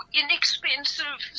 inexpensive